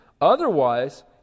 Otherwise